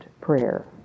prayer